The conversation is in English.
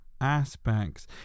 aspects